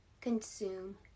consume